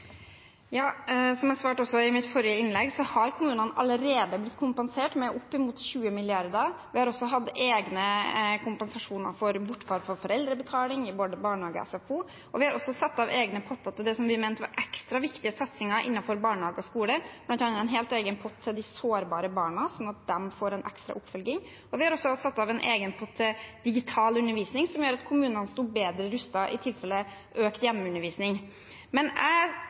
Som jeg svarte også i mitt forrige innlegg, har kommunene allerede blitt kompensert med oppimot 20 mrd. kr. Vi har også hatt egne kompensasjoner for bortfall av foreldrebetaling i både barnehager og SFO, og vi har satt av egne poster til det som vi mente var ekstra viktige satsinger innenfor barnehage og skole, bl.a. en helt egen post til de sårbare barna, sånn at de får en ekstra oppfølging. Vi har også satt av en egen post til digital undervisning, som gjør at kommunene står bedre rustet i tilfelle økt hjemmeundervisning. Jeg